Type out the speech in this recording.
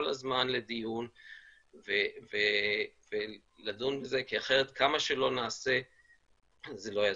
הזמן לדיון ולדון בזה כי אחרת כמה שלא נעשה זה לא יעזור.